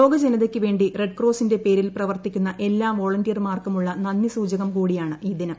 ലോകജനതയ്ക്ക് വേണ്ടി റെഡ് ക്രോസിന്റെ പേരിൽ പ്രവർത്തിക്കുന്ന എല്ലാ വോളന്റിയർമാർക്കുമുള്ള നന്ദി സൂചകം കൂടിയാണ് ഈ ദിനം